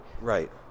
Right